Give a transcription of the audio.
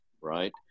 Right